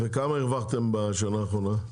וכמה הרווחתם בשנה האחרונה?